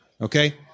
okay